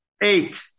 Eight